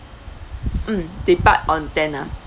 mm depart on ten ah